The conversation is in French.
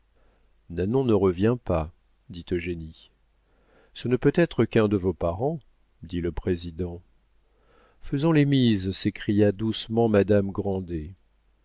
nanon ne revient pas dit eugénie ce ne peut être qu'un de vos parents dit le président faisons les mises s'écria doucement madame grandet